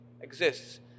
exists